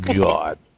God